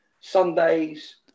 Sundays